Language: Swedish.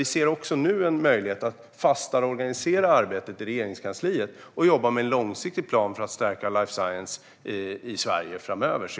Vi ser nu också en möjlighet att fastare organisera arbetet i Regeringskansliet och jobba med en långsiktig plan för att stärka life science i Sverige framöver.